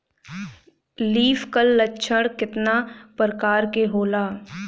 Leaf curl लक्षण केतना परकार के होला?